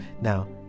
Now